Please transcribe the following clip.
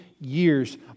years